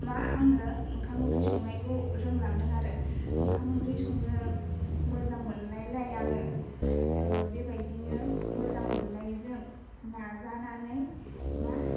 मा आङो ओंखाम ओंख्रि संनायखौ रोंलांदों आरो ओंखाम ओंख्रि संनो मोजां मोननायलाय आङो बेबायदिनो मोजां मोननायजों नाजानानै मा